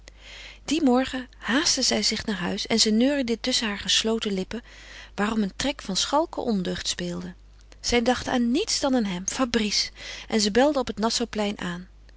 dien morgen haastte zij zich naar huis en ze neuriede tusschen haar gesloten lippen waarom een trek van schalke ondeugd speelde ze dacht aan niets dan aan hem fabrice en ze belde op het nassauplein aan